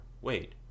wait